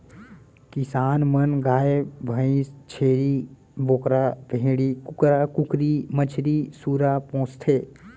किसान मन गाय भईंस, छेरी बोकरा, भेड़ी, कुकरा कुकरी, मछरी, सूरा पोसथें